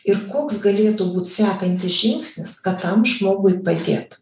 ir koks galėtų būt sekantis žingsnis kad tam žmogui padėt